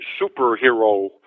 superhero